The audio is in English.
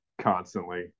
constantly